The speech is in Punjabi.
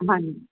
ਹਾਂਜੀ